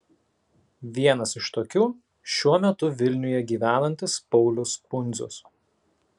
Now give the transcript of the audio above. vienas iš tokių šiuo metu vilniuje gyvenantis paulius pundzius